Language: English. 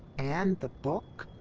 and the book!